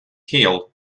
hill